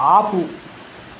ఆపు